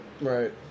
Right